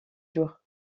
jour